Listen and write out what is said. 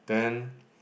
then